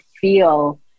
feel